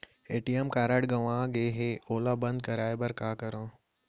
ATM card गंवा गे है ओला बंद कराये बर का करंव?